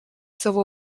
civil